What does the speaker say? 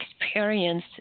experience